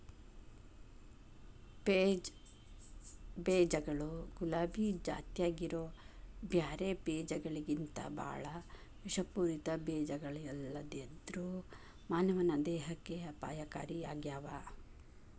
peach ಬೇಜಗಳು ಗುಲಾಬಿ ಜಾತ್ಯಾಗಿರೋ ಬ್ಯಾರೆ ಬೇಜಗಳಿಗಿಂತಬಾಳ ವಿಷಪೂರಿತ ಬೇಜಗಳಲ್ಲದೆದ್ರು ಮಾನವನ ದೇಹಕ್ಕೆ ಅಪಾಯಕಾರಿಯಾಗ್ಯಾವ